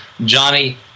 Johnny